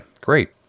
great